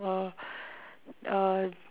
uh